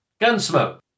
Gunsmoke